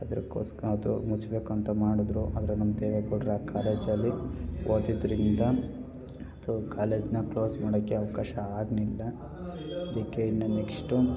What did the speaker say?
ಅದಕ್ಕೋಸ್ಕರ ಅದು ಮುಚ್ಚಬೇಕು ಅಂತ ಮಾಡಿದ್ರು ಆದರೆ ನಮ್ಮ ದೇವೇಗೌಡರು ಆ ಕಾಲೇಜಲ್ಲಿ ಓದಿದ್ದರಿಂದ ಅಂತೂ ಕಾಲೇಜ್ನ ಕ್ಲೋಸ್ ಮಾಡಕ್ಕೆ ಅವಕಾಶ ಆಗಿಲ್ಲ ಅದಕ್ಕೆ ಇನ್ನು ನೆಕ್ಸ್ಟು